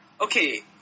Okay